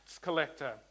collector